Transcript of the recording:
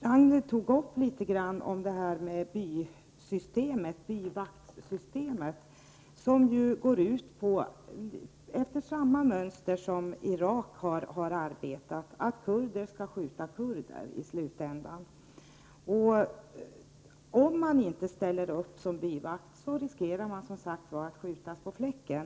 Ragnhild Pohanka tog upp byvaktssystemet, som ju är uppbyggt efter samma mönster som det system Irak har arbetat med, dvs. att kurder skall skjuta kurder i slutändan. Den som inte ställer upp som byvakt riskerar alltså att skjutas på fläcken.